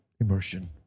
immersion